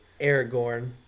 Aragorn